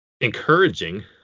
encouraging